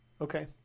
Okay